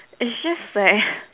it's just that